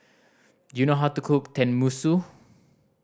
do you know how to cook Tenmusu